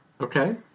Okay